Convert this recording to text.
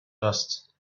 dust